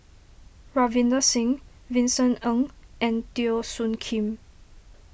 Ravinder Singh Vincent Ng and Teo Soon Kim